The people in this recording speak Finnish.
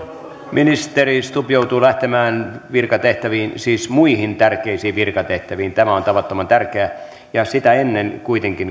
ministeri stubb joutuu lähtemään virkatehtäviin siis muihin tärkeisiin virkatehtäviin tämä on tavattoman tärkeä ja ennen